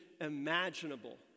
imaginable